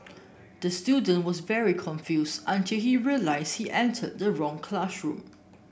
the student was very confused until he realised he entered the wrong classroom